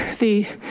the